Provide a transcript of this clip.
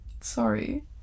Sorry